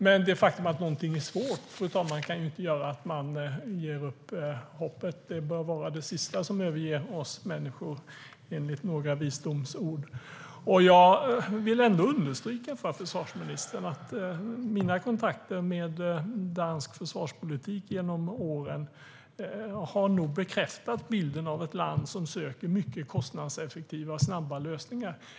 Men det faktum att någonting är svårt kan inte göra att man ger upp hoppet. Det bör vara det sista som överger oss människor, enligt några visdomsord. Jag vill understryka för försvarsministern att mina kontakter med dansk försvarspolitik genom åren nog har bekräftat bilden av ett land som söker mycket kostnadseffektiva och snabba lösningar.